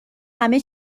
همه